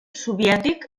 soviètic